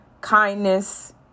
Kindness